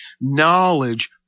Knowledge